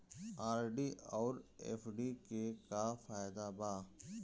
RD आउर FD के का फायदा बा?